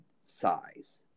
size